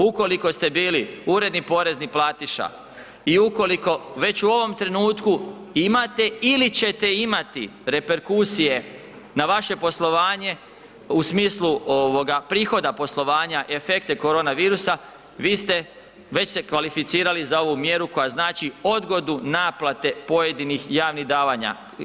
Ukoliko ste bili uredni porezni platiša i ukoliko već u ovom trenutku imate ili ćete imati reperkusije na vaše poslovanje u smislu ovoga prihoda poslovanja i efekte korona virusa vi ste već se kvalificirali za ovu mjeru koja znači odgodu naplate pojedinih javnih davanja.